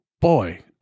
boy